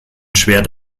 schwert